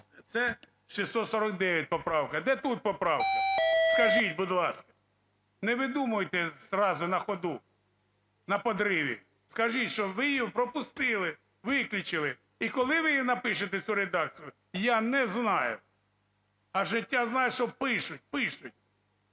це 649 поправка. Де тут поправка, скажіть, будь ласка? Не видумуйте зразу на ходу, на подриві. Скажіть, що ви її пропустили, виключили. І коли ви її напишете цю редакцію, я не знаю. А життя знає, що пишуть, пишуть,